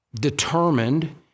determined